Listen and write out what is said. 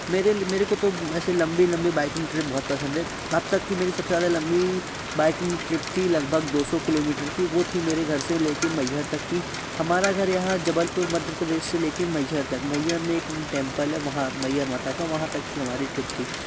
मेरे मेरे को तो ऐसे लम्बी लम्बी बाइकिंग ट्रिप बहुत पसंद है अब तक कि सबसे लम्बी बाइकिंग ट्रिप थी लगभग दो सौ किलोमीटर की वो थी मेरे घर से लेके मैहर तक की हमारा घर यहाँ जबलपुर मध्य प्रदेश से लेके मैहर तक मैहर में एक टेम्पल है वहां मैहर माता का वहाँ तक की हमारी ट्रिप थी